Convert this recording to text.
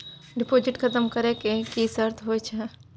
Deposit खतम करे के की सर्त होय छै?